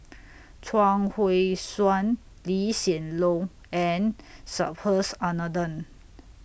Chuang Hui Tsuan Lee Hsien Loong and Subhas Anandan